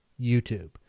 YouTube